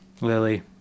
Lily